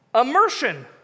immersion